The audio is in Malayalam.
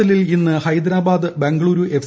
എല്ലിൽ ഇന്ന് ഹൈദരാബാദ് ബംഗളൂരൂ എഫ്